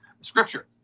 scripture